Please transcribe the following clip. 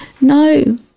no